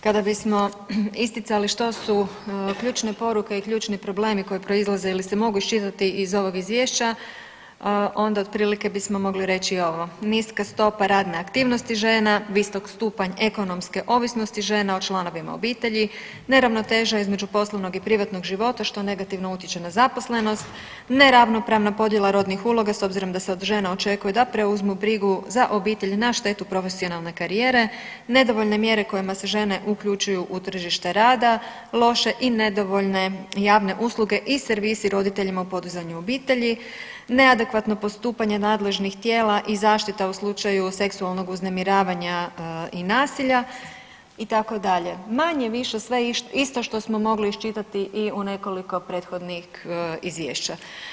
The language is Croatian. Kada bismo isticali što su ključne poruke i ključni problemi koji proizlaze ili se mogu iščitati iz ovog izvješća onda otprilike bismo mogli reći ovo, niska stopa radne aktivnosti žena, visok stupanj ekonomske ovisnosti žena o članovima obitelji, neravnoteža između poslovnog i privatnog života što negativno utječe na zaposlenost, neravnopravna podjela rodnih uloga s obzirom da se od žena očekuje da preuzmu brigu za obitelj na štetu profesionalne karijere, nedovoljne mjere kojima se žene uključuju u tržište rada, loše i nedovoljne javne usluge i servisi roditeljima u podizanju obitelji, neadekvatno postupanje nadležnih tijela i zaštita u slučaju seksualnog uznemiravanja i nasilja itd., manje-više sve isto što smo mogli iščitati i u nekoliko prethodnih izvješća.